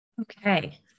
Okay